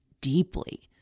deeply